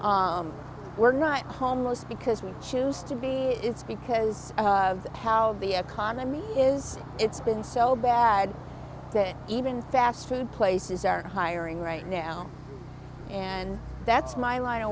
we're not homeless because we choose to be it's because of that how the economy is it's been so bad that even fast food places are hiring right now and that's my line of